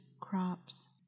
crops